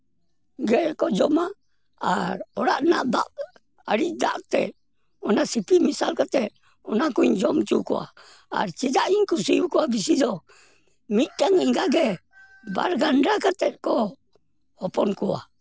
ᱡᱮ ᱠᱚ ᱡᱚᱢᱟ ᱟᱨ ᱚᱲᱟᱜ ᱨᱮᱱᱟᱜ ᱫᱟᱜ ᱟᱬᱤᱡ ᱫᱟᱜ ᱛᱮᱫ ᱚᱱᱟ ᱥᱤᱯᱤ ᱢᱮᱥᱟᱞ ᱠᱟᱛᱮ ᱚᱱᱟ ᱠᱩᱧ ᱡᱚᱢ ᱦᱚᱪᱩ ᱠᱚᱣᱟ ᱟᱨ ᱪᱮᱫᱟᱜ ᱤᱧ ᱠᱩᱥᱤᱣᱟᱠᱚᱣᱟ ᱵᱮᱥᱤ ᱫᱚ ᱢᱤᱫᱴᱟᱝ ᱮᱸᱜᱟ ᱜᱮ ᱵᱟᱨᱜᱟᱱᱰᱟ ᱠᱟᱛᱮ ᱠᱚ ᱦᱚᱯᱚᱱ ᱠᱚᱣᱟ